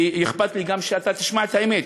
ואכפת לי גם שאתה תשמע את האמת.